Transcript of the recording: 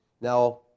Now